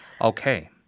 okay